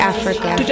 Africa